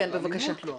כן, בבקשה.